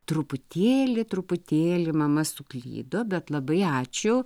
truputėlį truputėlį mama suklydo bet labai ačiū